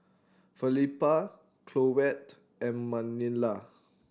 Felipa Colette and Manilla